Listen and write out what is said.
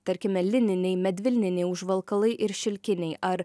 tarkime lininiai medvilniniai užvalkalai ir šilkiniai ar